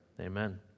amen